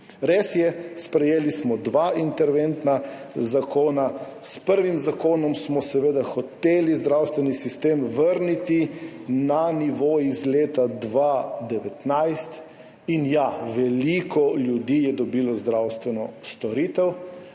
Res je, sprejeli smo dva interventna zakona. S prvim zakonom smo seveda hoteli zdravstveni sistem vrniti na nivo iz leta 2019. In ja, veliko ljudi je dobilo zdravstveno storitev,